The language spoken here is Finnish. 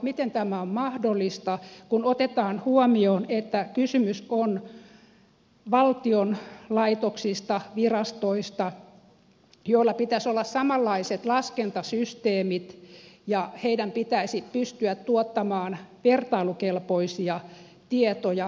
miten tämä on mahdollista kun otetaan huomioon että kysymys on valtion laitoksista virastoista joilla pitäisi olla samanlaiset laskentasysteemit ja joiden pitäisi pystyä tuottamaan vertailukelpoisia tietoja hallinnolle